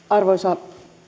arvoisa